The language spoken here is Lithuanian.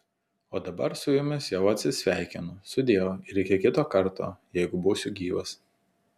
o dabar su jumis jau atsisveikinu sudieu ir iki kito karto jeigu būsiu gyvas